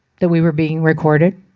that we were being recorded?